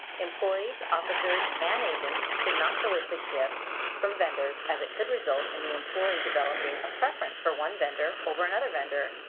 employees, officers, and agents should not solicit gifts from vendors as it could result in the employee developing a preference for one vendor over another vendor,